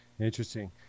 Interesting